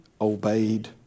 obeyed